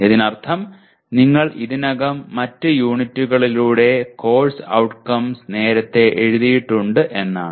ഇതിനർത്ഥം നിങ്ങൾ ഇതിനകം മറ്റ് യൂണിറ്റുകളിലൂടെ കോഴ്സ് ഔട്ട്കംസ് നേരത്തെ എഴുതിയിട്ടുണ്ട് എന്നാണ്